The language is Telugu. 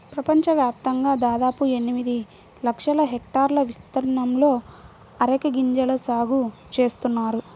ప్రపంచవ్యాప్తంగా దాదాపు ఎనిమిది లక్షల హెక్టార్ల విస్తీర్ణంలో అరెక గింజల సాగు చేస్తున్నారు